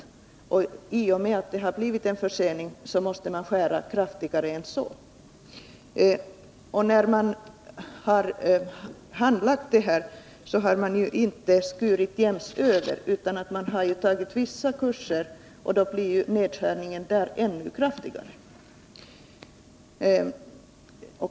Nu har genomförandet härav blivit försenat, och därför måste man skära ned ännu kraftigare. I arbetet härmed har man vidare inte skurit ned jäms över utan inriktat sig på vissa kurser, där nedskärningen då blir ännu kraftigare.